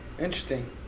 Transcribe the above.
interesting